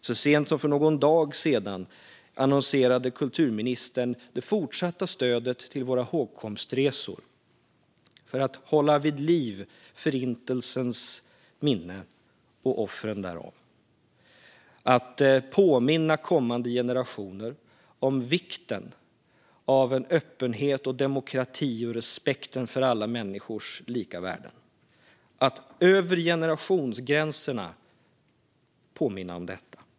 Så sent som för någon dag sedan annonserade kulturministern det fortsatta stödet till våra hågkomstresor. De görs för att hålla vid liv minnet av Förintelsen och dess offer, för att påminna kommande generationer om vikten av öppenhet, demokrati och respekten för alla människors lika värde och för att över generationsgränserna påminna om detta.